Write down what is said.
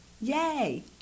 yay